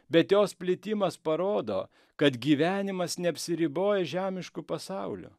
bet jos plitimas parodo kad gyvenimas neapsiriboja žemišku pasauliu